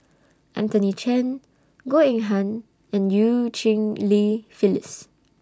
Anthony Chen Goh Eng Han and EU Cheng Li Phyllis